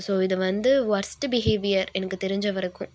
so இது வந்து worst behaviour எனக்கு தெரிஞ்சவரைக்கும்